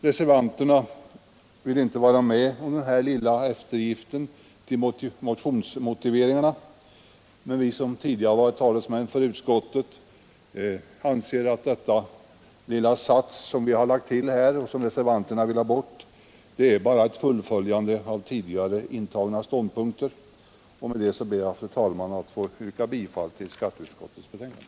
Reservanterna vill inte vara med om detta lilla instämmande i motionsmotiveringarna, men vi som tidigare varit talesmän för utskottet anser att vad som sägs i det stycke i betänkandet som reservanterna vill ha struket bara innebär ett fullföljande av tidigare intagna ståndpunkter. Fru talman! Med detta ber jag att få yrka bifall till utskottets hemställan.